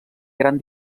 gran